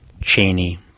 Cheney